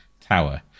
tower